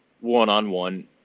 one-on-one